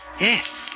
Yes